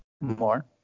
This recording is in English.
more